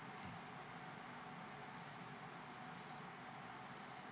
mm